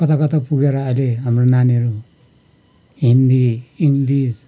कता कता पुगेर अहिले हाम्रो नानीहरू हिन्दी इङ्लिस